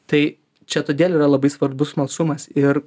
tai čia todėl yra labai svarbus smalsumas ir